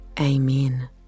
Amen